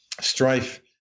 strife